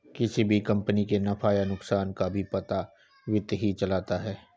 किसी भी कम्पनी के नफ़ा या नुकसान का भी पता वित्त ही चलता है